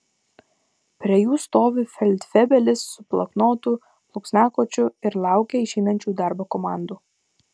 prie jų stovi feldfebelis su bloknotu plunksnakočiu ir laukia išeinančių į darbą komandų